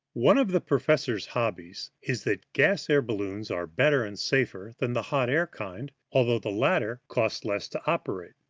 one of the professor's hobbies is that gas-balloons are better and safer than the hot-air kind, although the latter cost less to operate.